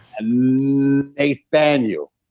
Nathaniel